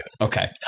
okay